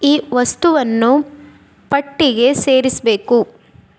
ಈ ವಸ್ತುವನ್ನು ಪಟ್ಟಿಗೆ ಸೇರಿಸಬೇಕು